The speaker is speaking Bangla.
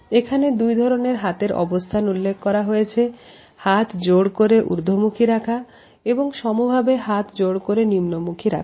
এখানে দুই ধরনের হাতের অবস্থান উল্লেখ করা হয়েছে হাতজোড় করে ঊর্ধ্বমুখী রাখা এবং সমভাবে হাতজোড় করে নিম্নমুখী রাখা